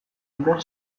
duten